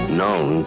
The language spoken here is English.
known